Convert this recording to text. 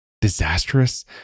disastrous